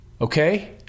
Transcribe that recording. Okay